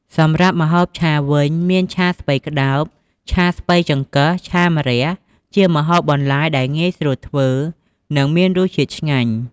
សម្រាប់ម្ហូបឆាវិញ មានឆាស្ពៃក្តោប ឆាស្ពៃចង្កឹះ ឆាម្រះ ជាម្ហូបបន្លែដែលងាយស្រួលធ្វើ និងមានរសជាតិឆ្ងាញ់។